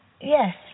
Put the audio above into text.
Yes